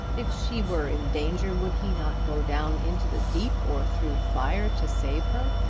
if she were in danger would he not go down into the deep, or through fire to save her?